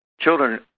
children